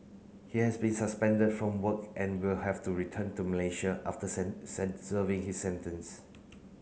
he has been suspended from work and will have to return to Malaysia after serving his sentence